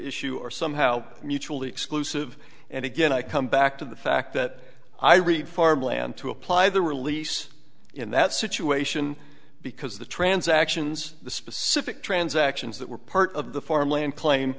issue are somehow mutually exclusive and again i come back to the fact that i read farmland to apply the release in that situation because the transactions the specific transactions that were part of the farm land cla